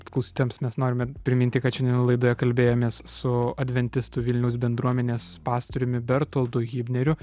klausytojams mes norime priminti kad šiandien laidoje kalbėjomės su adventistų vilniaus bendruomenės pastoriumi bertoldu hibneriu